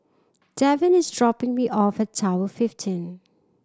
Devin is dropping me off at Tower fifteen